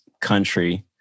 country